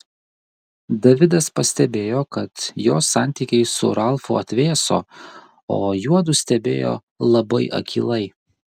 davidas pastebėjo kad jos santykiai su ralfu atvėso o juodu stebėjo labai akylai